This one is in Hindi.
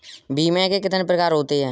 बीमे के कितने प्रकार हैं?